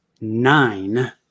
nine